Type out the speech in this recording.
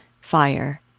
fire